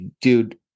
dude